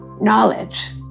knowledge